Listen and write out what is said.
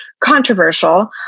controversial